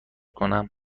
کنم